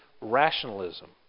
rationalism